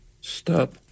stop